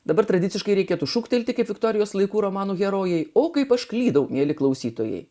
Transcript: dabar tradiciškai reikėtų šūktelti kaip viktorijos laikų romanų herojai o kaip aš klydau mieli klausytojai